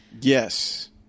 Yes